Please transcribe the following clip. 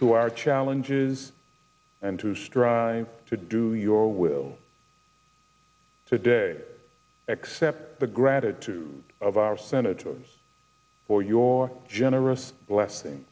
to our challenges and to strive to do your will today accept the gratitude of our senators for your generous blessing